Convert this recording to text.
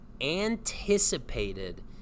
anticipated